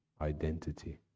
Identity